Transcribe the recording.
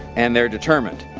and they're determined.